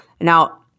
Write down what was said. Now